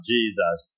Jesus